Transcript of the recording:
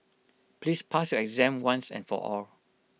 please pass your exam once and for all